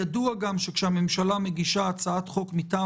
ידוע גם שכאשר הממשלה מגישה הצעת חוק מטעם